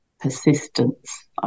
Persistence